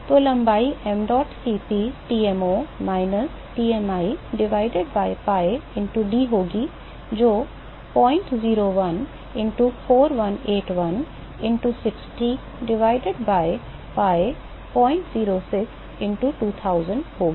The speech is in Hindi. तो लंबाई mdot Cp Tmo minus Tmi divided by pi into d होगी जो 001 into 4181 into 60 divided by pi 006 into 2000 होगी